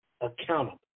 accountable